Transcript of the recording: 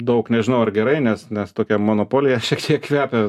daug nežinau ar gerai nes nes tokia monopolija šiek tiek kvepia